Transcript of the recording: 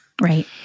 right